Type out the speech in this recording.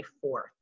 fourth